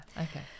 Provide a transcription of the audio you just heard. Okay